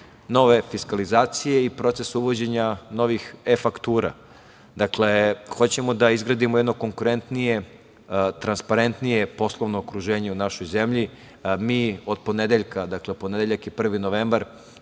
nove fiskalizacije i proces uvođenja novih e-faktura. Dakle, hoćemo da izgradimo jedno konkurentnije, transparentnije poslovno okruženje u našoj zemlji. Mi od ponedeljka, dakle u ponedeljak je 1. novembar,